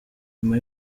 nyuma